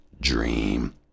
dream